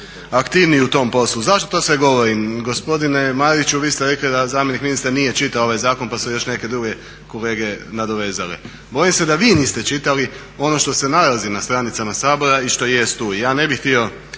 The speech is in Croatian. aktivniji u tom poslu. Zašto to sve govorim? Gospodine Mariću vi ste rekli da zamjenik ministra nije čitao ovaj zakon pa su još neke druge kolege nadovezale, bojim se da vi niste čitali ono što se nalazi na stranicama Sabora i što jest tu i ja ne bi htio